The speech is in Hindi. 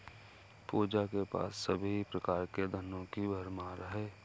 पूजा के पास सभी प्रकार के धनों की भरमार है